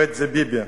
בי"ת, ביבי,